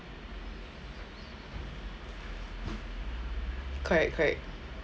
correct correct